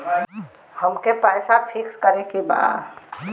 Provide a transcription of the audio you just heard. अमके पैसा फिक्स करे के बा?